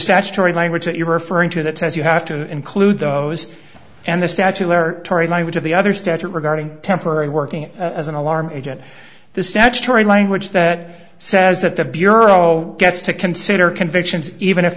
statutory language that you were referring to that says you have to include those and the statue or tory language of the other statute regarding temporary working as an alarm agent the statutory language that says that the bureau gets to consider convictions even if